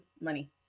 money